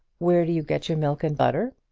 where do you get your milk and butter?